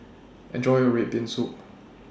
Enjoy your Red Bean Soup